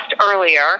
earlier